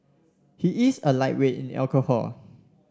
he is a lightweight in alcohol